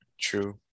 True